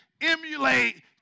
emulate